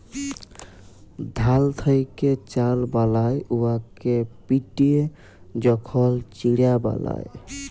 ধাল থ্যাকে চাল বালায় উয়াকে পিটে যখল চিড়া বালায়